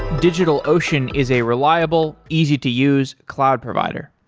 digitalocean is a reliable, easy to use cloud provider.